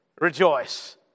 rejoice